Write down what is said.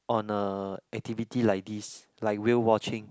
on a activity like this like whale watching